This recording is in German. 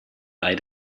bei